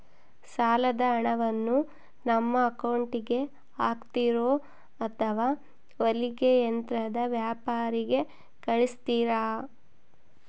ಸಾಲದ ಹಣವನ್ನು ನಮ್ಮ ಅಕೌಂಟಿಗೆ ಹಾಕ್ತಿರೋ ಅಥವಾ ಹೊಲಿಗೆ ಯಂತ್ರದ ವ್ಯಾಪಾರಿಗೆ ಕಳಿಸ್ತಿರಾ?